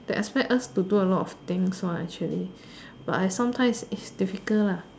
they expect us to do a lot of things one actually but I sometimes it's difficult lah